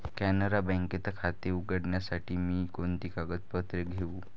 कॅनरा बँकेत खाते उघडण्यासाठी मी कोणती कागदपत्रे घेऊ?